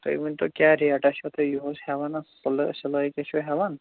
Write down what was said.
تُہۍ ؤنۍتَو کیٛاہ ریٚٹا چھِو تُہۍ یِہُس ہیٚوان سِلا سِلٲے کیٛاہ چھِو ہیٚوان